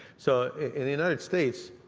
so in the united states,